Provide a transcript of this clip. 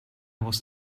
was